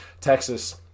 Texas